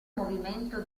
movimento